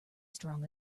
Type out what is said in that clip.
strong